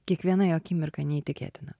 kiekviena jo akimirka neįtikėtina